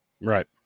right